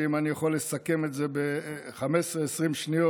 אם אני יכול לסכם את זה ב-15 20 שניות,